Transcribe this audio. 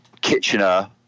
Kitchener